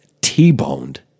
T-boned